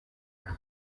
aha